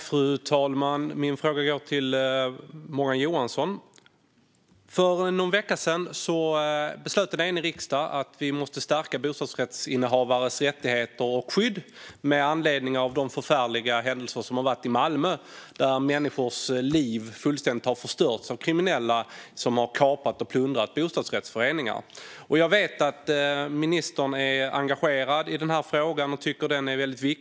Fru talman! Min fråga går till Morgan Johansson. För någon vecka sedan beslöt en enig riksdag att vi måste stärka bostadsrättsinnehavares rättigheter och skydd med anledning av de förfärliga händelser som skett i Malmö, där människors liv fullständigt har förstörts av kriminella som har kapat och plundrat bostadsrättsföreningar. Jag vet att ministern är engagerad i den här frågan och tycker att den är väldigt viktig.